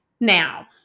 Now